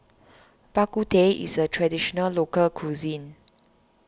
Bak Kut Teh is a Traditional Local Cuisine